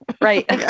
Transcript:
right